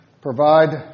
Provide